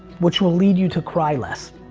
which will lead you to cry less.